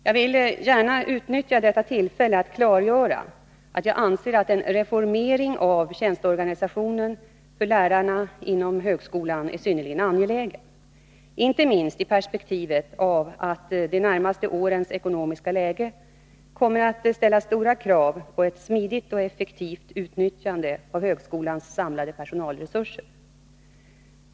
Jag vill gärna utnyttja detta tillfälle att klargöra att jag anser att en reformering av tjänsteorganisationen för lärarna inom högskolan är synnerligen angelägen, inte minst i perspektivet av att de närmaste årens ekonomiska läge kommer att ställa stora krav på ett smidigt och effektivt utnyttjande av högskolans samlade personalresurser.